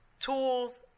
tools